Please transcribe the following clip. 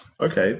okay